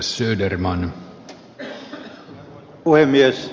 arvoisa puhemies